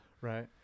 Right